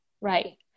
right